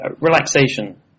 relaxation